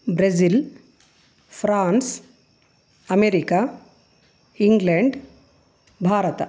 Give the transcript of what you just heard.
Brazil France America England Bharat